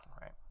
right